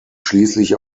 schließlich